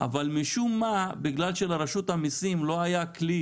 אבל משום מה, בגלל שלרשות המיסים לא היה כלי